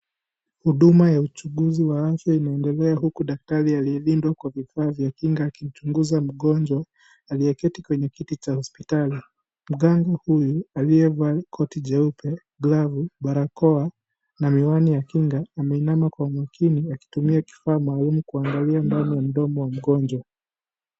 Huduma ya uchunguzi wa afya inaendelea huku daktari aliyejikinga kwa vifaa vya kinga; akimchunguza mgonjwa aliyeketi kwenye kiti cha hospitali. Mganga huyu aliyevaa koti jeupe, glavu, barakoa na miwani ya kinga ameinama kwenye ukingo akitumia kifaa maalum kuangalia hali ya mdomo ya mgonjwa.